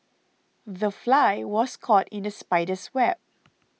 the fly was caught in the spider's web